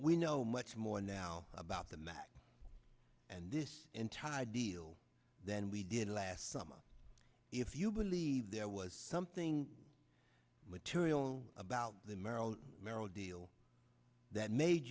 we know much more now about the max and this entire deal than we did last summer if you believe there was something material about the merrill merrill deal that made